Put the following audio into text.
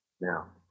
now